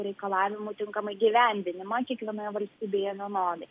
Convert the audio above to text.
reikalavimų tinkamai įgyvendinimą kiekvienoje valstybėje vienodai